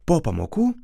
po pamokų